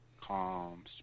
calm